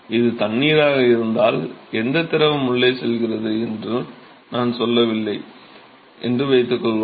இது தண்ணீராக இருந்தால் எந்த திரவம் உள்ளே செல்கிறது என்று நான் சொல்லவில்லை என்று வைத்துக்கொள்வோம்